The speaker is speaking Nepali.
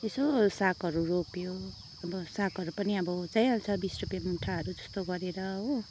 यसो सागहरू रोप्यो अब सागहरू पनि अब जाइहाल्छ बिस रुपियाँ मुठाहरू जस्तो गरेर हो